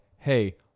Hey